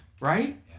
Right